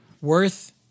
Worth